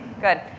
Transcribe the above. Good